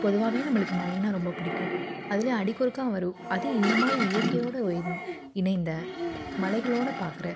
பொதுவாவே நம்மளுக்கு மலைன்னால் ரொம்ப பிடிக்கும் அதுலேயும் அடிக்கொருக்கா வரும் அதுவும் இந்த மாதிரி இயற்கையோடு இ இணைந்த மலைகளோடு பார்க்கற